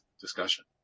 discussion